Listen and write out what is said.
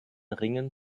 ringen